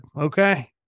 okay